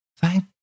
Thank